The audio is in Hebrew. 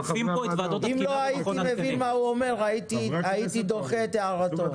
אם לא הייתי מבין מה הוא אומר הייתי דוחה את הערתו.